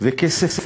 וכסף אין.